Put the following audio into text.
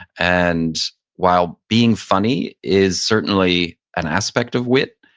and while being funny is certainly an aspect of wit,